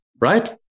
right